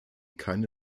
keine